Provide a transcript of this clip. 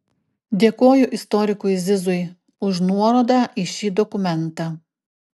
dėkoju istorikui zizui už nuorodą į šį dokumentą